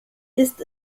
ist